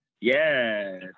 Yes